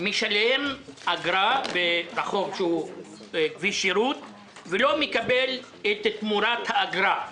משלם אגרה בכביש השירות ולא מקבל את תמורת האגרה.